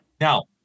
Now